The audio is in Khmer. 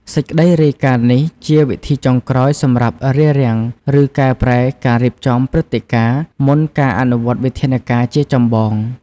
សេចក្តីរាយការណ៍នេះជាវិធីចុងក្រោយសម្រាប់រារាំង ឬកែប្រែការរៀបចំព្រឹត្តិការណ៍ មុនការអនុវត្តវិធានការជាចម្បង។